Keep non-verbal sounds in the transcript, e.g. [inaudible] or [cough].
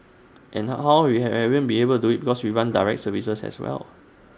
and how we have [hesitation] been able to do IT cause we run direct services as well